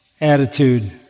attitude